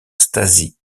stasi